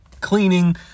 cleaning